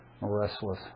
restless